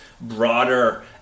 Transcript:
broader